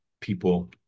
people